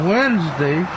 Wednesday